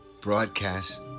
broadcast